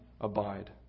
abide